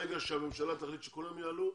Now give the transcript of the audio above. ברגע שהממשלה תחליט שכולם יעלו,